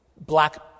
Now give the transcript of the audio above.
black